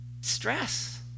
Stress